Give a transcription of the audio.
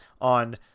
on